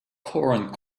corn